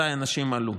מתי האנשים עלו.